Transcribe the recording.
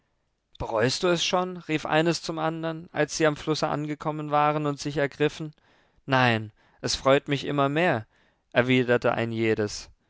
bereust du es schon rief eines zum andern als sie am flusse angekommen waren und sich ergriffen nein es freut mich immer mehr erwiderte ein jedes